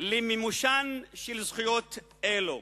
למימושן של זכויות אלו,